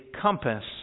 compass